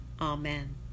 Amen